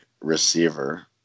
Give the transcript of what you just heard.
receiver